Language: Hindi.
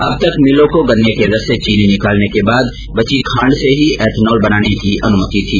अब तक मिलों को गन्ने के रस से चीनी निकालने के बाद बची खांड से ही एथॅनाल बनाने की अनुमति थी